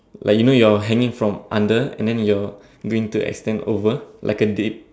like you know you're hanging from under and then you're going to extend over like a Dick